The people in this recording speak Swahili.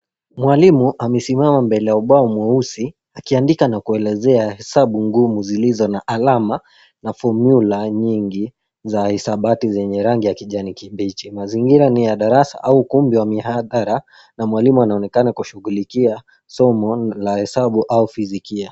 Mwalimu amesimama mbele ya ubao mweusi akiandika na kuelezea hesabu ngumu zilizo na alama na formula nyingi za hisabati zenye rangi ya kijani kibichi. Mazingira ni ya darasa au ukumbi wa mihadhara na mwalimu anaonekana kushughulikia somo la hesabu au fisikia.